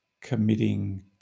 committing